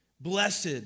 Blessed